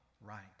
right